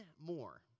more